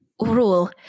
rule